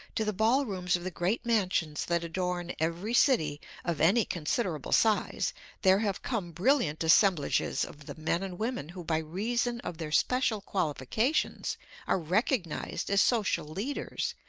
to the ballrooms of the great mansions that adorn every city of any considerable size there have come brilliant assemblages of the men and women who by reason of their special qualifications are recognized as social leaders,